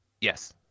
Yes